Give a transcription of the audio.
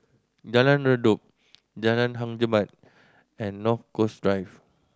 Jalan Redop Jalan Hang Jebat and North Coast Drive